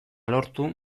lortu